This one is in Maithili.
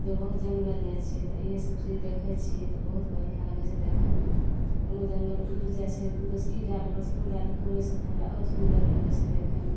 जे बहुत जङ्गल जाइ छिए तऽ इएहसब चीज देखै छिए तऽ बहुत बढ़िआँ लगै छै देखैमे कोनो जङ्गल उड़ि जाइ छै उधरसे ई डारिपरसे ओ डारिपर उड़ै छै तऽ हमरा आओर सुन्दर लगै छै देखैमे